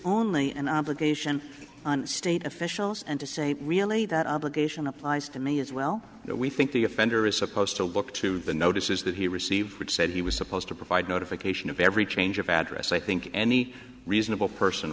only an obligation on state officials and to say really that obligation applies to me as well that we think the offender is supposed to look to the notices that he received which said he was supposed to provide notification of every change of address i think any reasonable person